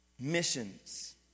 Missions